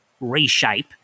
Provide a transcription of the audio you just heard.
reshape